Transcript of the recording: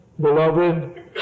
Beloved